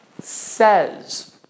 says